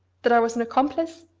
that i was an accomplice?